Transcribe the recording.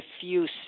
diffuse